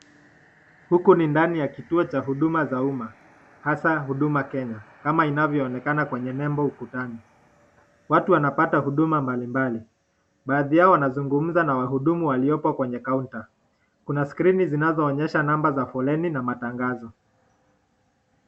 Huku ni ndani ya kituo cha huduma za umma, hasaa huduma Kenya kama inavyoonekana kwenye nembo ukutani. Watu wanapata huduma mbali mbali. Baadhi yao wanazungumza na wahudumu waliopo kwenye kaunta. Kuna skrini zinazoonyesha namba za foleni na matangazo.